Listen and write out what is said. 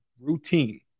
routine